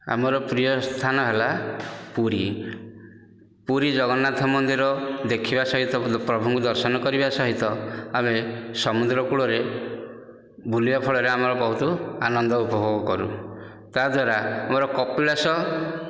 ଆମର ପ୍ରିୟସ୍ଥାନ ହେଲା ପୁରୀ ପୁରୀ ଜଗନ୍ନାଥ ମନ୍ଦିର ଦେଖିବା ସହିତ ପ୍ରଭୁଙ୍କ ଦର୍ଶନ କରିବା ସହିତ ଆମେ ସମୁଦ୍ରକୂଳରେ ବୁଲିଲା ଫଳରେ ଆମର ବହୁତ ଆନନ୍ଦ ଉପଭୋଗ କରୁ ତାଦ୍ୱାରା ଆମର କପିଳାସ